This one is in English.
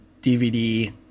DVD